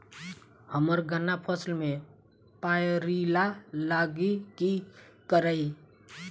हम्मर गन्ना फसल मे पायरिल्ला लागि की करियै?